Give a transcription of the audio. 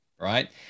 right